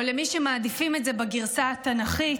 או למי שמעדיפים את זה בגרסה התנ"כית,